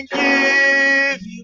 give